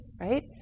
right